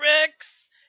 Rex